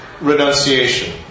renunciation